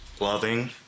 loving